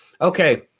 Okay